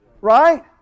right